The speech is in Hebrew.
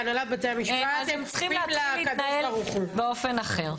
להנהלת בתי המשפט --- אז הם צריכים להתחיל להתנהל באופן אחר,